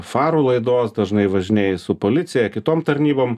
farų laidos dažnai važinėji su policija kitom tarnybom